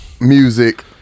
music